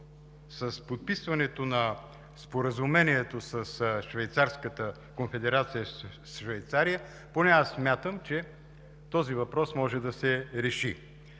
с подписването на Споразумението с Конфедерация Швейцария – поне аз смятам, този въпрос може да се реши.